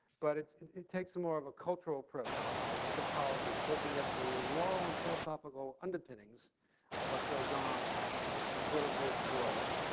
but it takes more of a cultural approach to politics looking at the moral and philosophical underpinnings of what goes on in the political world.